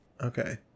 Okay